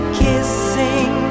kissing